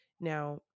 Now